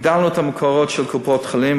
הגדלנו את המקורות של קופות-החולים,